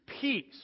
peace